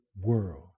world